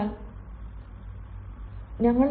you English people have got lots of articles isn't it